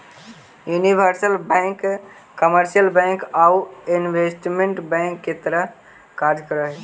universal bank commercial bank आउ investment bank के तरह कार्य कर हइ